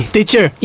Teacher